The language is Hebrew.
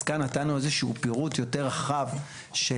אז כאן נתנו איזה שהוא פירוט יותר רחב של,